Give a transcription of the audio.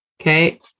Okay